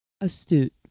Astute